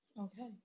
Okay